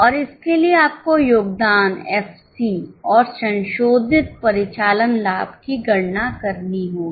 और इसके लिए आपको योगदान एफसी और संशोधित परिचालन लाभ की गणना करनी होगी